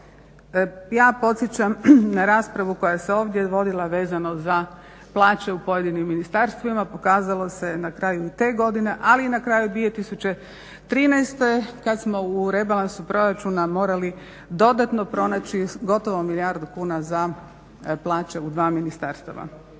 Ja podsjećam na raspravu koja se ovdje vodila vezano za plaće u pojedinim ministarstvima, pokazalo se na kraju i te godine, ali i na kraju 2013. kad smo u rebalansu proračuna morali dodano pronaći gotovo milijardu kuna za plaće u dva ministarstava.